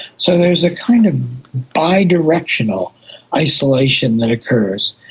so there's a kind of bidirectional isolation that occurs.